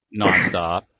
nonstop